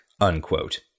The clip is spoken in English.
unquote